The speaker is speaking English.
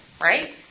right